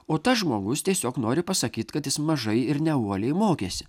o tas žmogus tiesiog nori pasakyt kad jis mažai ir ne uoliai mokėsi